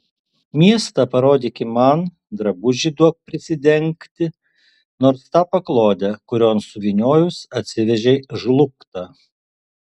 miestą parodyki man drabužį duok prisidengti nors tą paklodę kurion suvyniojus atsivežei žlugtą